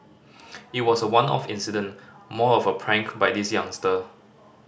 it was a one off incident more of a prank by this youngster